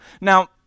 Now